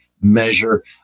measure